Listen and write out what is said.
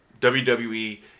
WWE